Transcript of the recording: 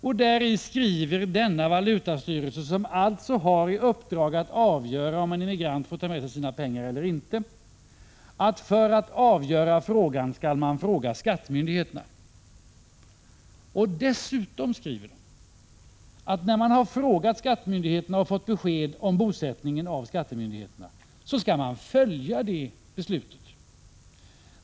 I denna skriver valutastyrelsen, som alltså har i uppdrag att avgöra om en emigrant får ta med sig sina pengar eller inte, att man för att avgöra frågan måste fråga skattemyndigheterna. Dessutom skriver valutastyrelsen att man, när man frågat skattemyndigheterna och fått besked om bosättningen av dessa, skall följa beslutet.